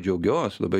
džiaugiuos labai